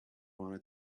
wanna